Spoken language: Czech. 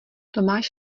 tomáš